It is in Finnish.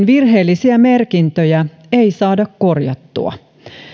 virheellisiä merkintöjä ei saada korjattua